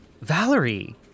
Valerie